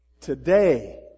today